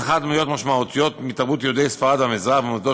הנצחת דמויות משמעותיות מתרבות יהודי ספרד והמזרח על-ידי